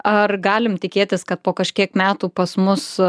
ar galim tikėtis kad po kažkiek metų pas mus